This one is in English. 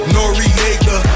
Noriega